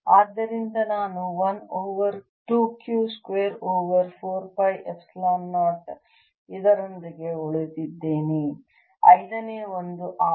ಆದ್ದರಿಂದ ನಾನು 1 over 2 Q square over 4 pi epsilon 0 ಇದರೊಂದಿಗೆ ಉಳಿದಿದ್ದೇನೆ ಐದನೇ ಒಂದು R